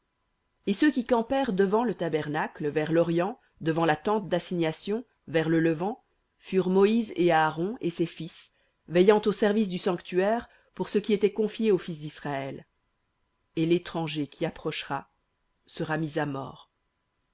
et ceux qui campèrent devant le tabernacle vers l'orient devant la tente d'assignation vers le levant furent moïse et aaron et ses fils veillant au service du sanctuaire pour ce qui était confié aux fils d'israël et l'étranger qui approchera sera mis à mort